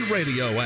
Radio